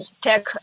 tech